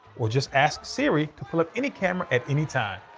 or just ask siri to pull up any camera at any time.